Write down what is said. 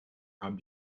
haben